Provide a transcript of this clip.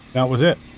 that was it.